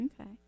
okay